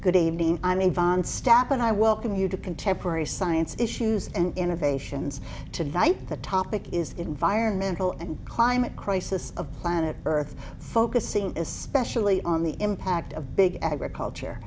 good evening i'm avon stapp and i welcome you to contemporary science issues and innovations tonight the topic is environmental and climate crisis of planet earth focusing especially on the impact of big agriculture